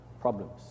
problems